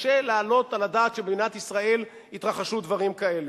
קשה להעלות על הדעת שבמדינת ישראל התרחשו דברים כאלה.